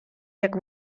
jak